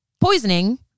poisoning